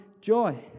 joy